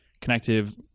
connective